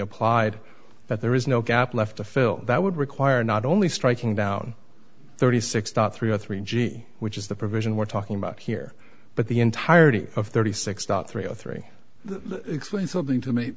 applied that there is no gap left to fill that would require not only striking down thirty six dollars through a three g which is the provision we're talking about here but the entirety of thirty six dollars not three o three explain something to me